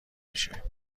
میشه